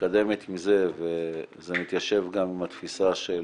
מתקדמת עם זה וזה מתיישב גם עם התפיסה של